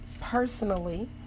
personally